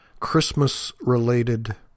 Christmas-related